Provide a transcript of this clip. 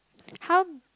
how